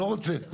לא רוצה.